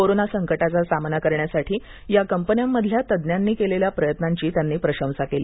corona संकटाचा सामना करण्यासाठी या कंपन्यांमधल्या तज्ञांनी केलेल्या प्रयत्नांची त्यांची प्रशंसा केली